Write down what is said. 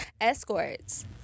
Escorts